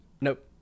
nope